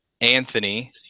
Anthony